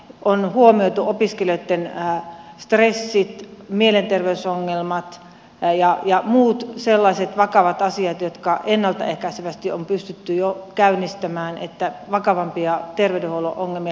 on huomioitu opiskelijoitten stressi mielenter veysongelmat ja muut sellaiset vakavat asiat joiden osalta ennalta ehkäisevästi on pystytty jo käynnistämään että vakavampia terveydenhuollon ongelmia hyvinvointiongelmia ei synny